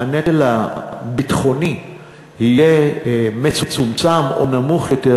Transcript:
הנטל הביטחוני יהיה מצומצם או נמוך יותר